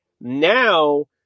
now